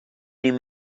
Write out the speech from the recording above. niet